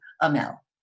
Amel